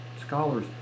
scholars